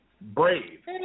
Brave